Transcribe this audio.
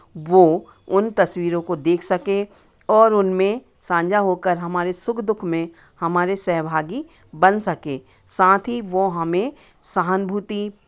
वो उन तस्वीरों को देख सके और उनमें साझा होकर हमारे सुख दुःख में हमारे सहभागी बन सकें साथ ही वो हमें सहानभूति